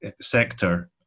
sector